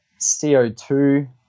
CO2